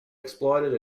exploited